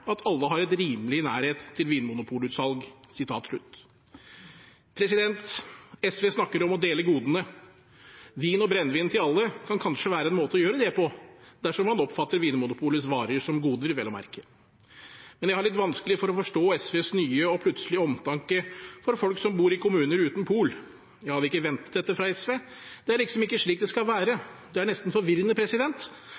at alle har en rimelig nærhet til vinmonopolutsalg». SV snakker om å dele godene. Vin og brennevin til alle kan kanskje være en måte å gjøre det på, dersom man oppfatter Vinmonopolets varer som goder, vel å merke. Men jeg har litt vanskelig for å forstå SVs nye og plutselige omtanke for folk som bor i kommuner uten pol. Jeg hadde ikke ventet dette fra SV, det er liksom ikke slik det skal være – det er nesten forvirrende,